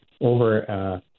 over